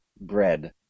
bread